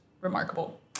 remarkable